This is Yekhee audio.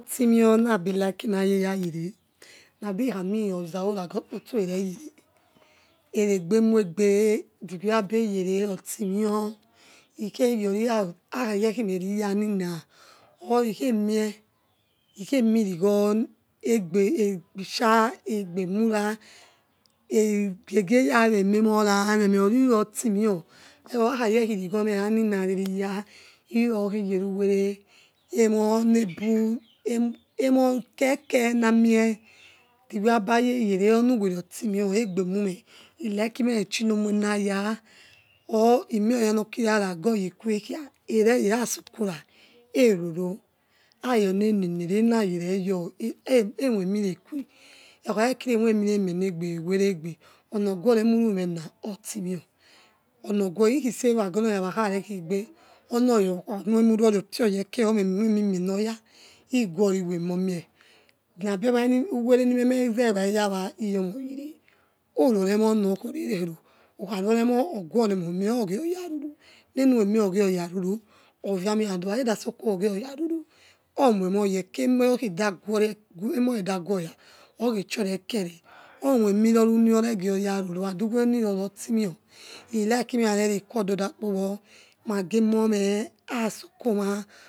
Enetinio nabi like na saya yayere nabi ikhami ozawa nagi olkpotoo ereyer e evagbe mugbe the way abi eyere or bimeo ike yon hakhayomeriyanina or ikhemie ikemirigio esbe ekpisa egbemura egregie rawarememora men orirurotimed hakhayor khirigho haming reviya inarokhe yeniwere emonebu emolkeke namie the way aloi ay a exere one were otimme egbemy me the like merechino ronryane or oureyenda norking nonagi oya ekwe sasokong broro ay onenene re enaja ere y or emoimiveghe okha raking emoimire mienegbe eмoimr ona oguere emiring rootimeo onogho iknisay wanagoraya vohokhamoine ruori o foyeke miemieni mienoyor iguon wemeromi nati uvereniresbare rawa yomagere whoruricemo nor khororó ero cham riemo oghuioni emonie enukhemie ogiowatoro owiami and ukhakeges oko ogiogaroro omoinoye ke emoidkheda gwere emo khedaguoy, okechiore, ekere omsimi rone nov reg doya nord and agieni rorotimio i like merare requiadada kpowo magememe asoko ma.